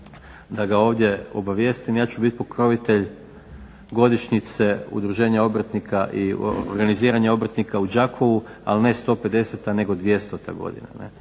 da ga ovdje obavijestim ja ću biti pokrovitelj godišnjice udruženja obrtnika i organiziranja obrtnika u Đakovu ali ne 150-ta nego 200-ta godina.